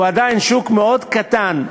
הוא עדיין שוק מאוד קטן,